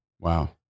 Wow